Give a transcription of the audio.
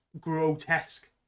grotesque